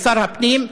לשר הפנים,